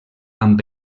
amb